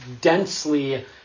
densely